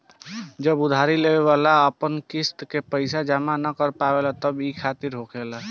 जब उधारी लेवे वाला अपन किस्त के पैसा जमा न कर पावेला तब ई खतरा होखेला